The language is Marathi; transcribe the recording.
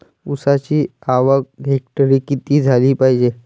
ऊसाची आवक हेक्टरी किती झाली पायजे?